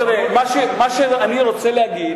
מה שאני רוצה להגיד,